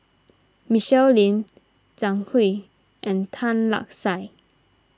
Michelle Lim Zhang Hui and Tan Lark Sye